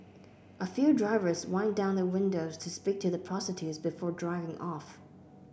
a few drivers wind down their windows to speak to the prostitutes before driving off